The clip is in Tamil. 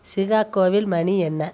சிகாக்கோவில் மணி என்ன